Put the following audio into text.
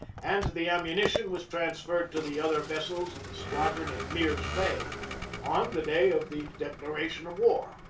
and the ammunition was transferred to the other vessels of the squadron in mirs bay on the day of the declaration of war.